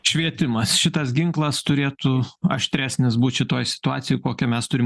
švietimas šitas ginklas turėtų aštresnis būt šitoj situacijoj kokią mes turim